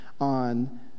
on